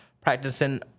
practicing